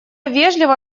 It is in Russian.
вежливо